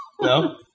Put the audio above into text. No